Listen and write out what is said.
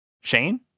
Shane